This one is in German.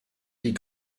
die